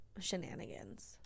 shenanigans